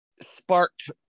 sparked